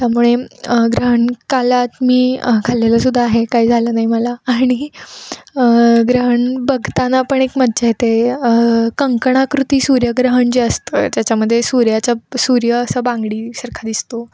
त्यामुळे ग्रहणकालात मी खाल्लेलंसुद्धा आहे काय झालं नाही मला आणि ग्रहण बघताना पण एक मजा येते कंकणाकृती सूर्यग्रहण जे असतं त्याच्यामध्ये सूर्याचा सूर्य असा बांगडीसारखा दिसतो